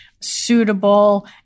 suitable